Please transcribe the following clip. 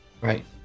Right